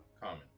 Common